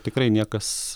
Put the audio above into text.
tikrai niekas